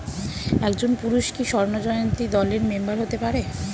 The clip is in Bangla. একজন পুরুষ কি স্বর্ণ জয়ন্তী দলের মেম্বার হতে পারে?